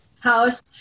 house